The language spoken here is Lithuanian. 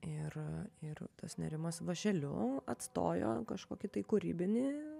ir a ir tas nerimas vąšeliu atstojo kažkokį tai kūrybinį